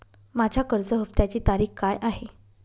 माझ्या कर्ज हफ्त्याची तारीख काय आहे?